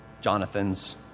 Jonathan's